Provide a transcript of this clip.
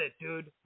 dude